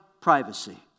privacy